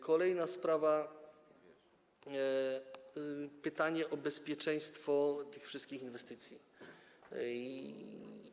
Kolejna sprawa, pytanie o bezpieczeństwo tych wszystkich inwestycji.